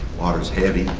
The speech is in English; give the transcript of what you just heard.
water's heavy,